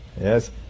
Yes